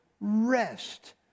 rest